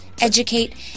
educate